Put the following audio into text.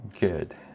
good